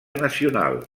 nacional